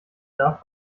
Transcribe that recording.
darf